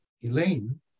Elaine